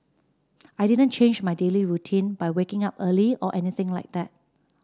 I didn't change my daily routine by waking up early or anything like that